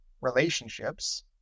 relationships